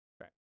Right